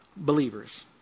Believers